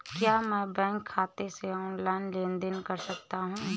क्या मैं बैंक खाते से ऑनलाइन लेनदेन कर सकता हूं?